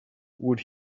would